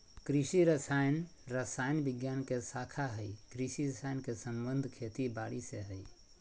कृषि रसायन रसायन विज्ञान के शाखा हई कृषि रसायन के संबंध खेती बारी से हई